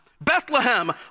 Bethlehem